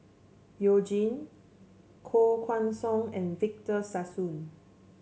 You Jin Koh Guan Song and Victor Sassoon